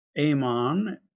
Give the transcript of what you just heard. Amon